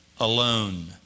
alone